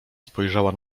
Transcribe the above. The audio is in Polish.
spojrzała